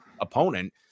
opponent